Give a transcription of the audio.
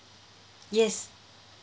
yes